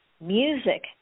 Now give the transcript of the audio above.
music